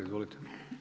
Izvolite.